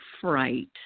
fright